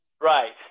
Right